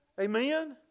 Amen